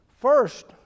First